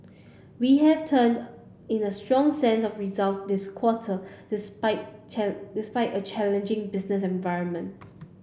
we have turned in a strong set of results this quarter despite despite a challenging business environment